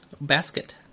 basket